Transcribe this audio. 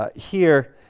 ah here